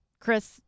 chris